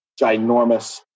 ginormous